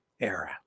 era